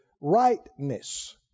rightness